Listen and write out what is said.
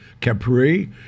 Capri